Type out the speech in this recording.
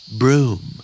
broom